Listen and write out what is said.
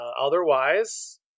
Otherwise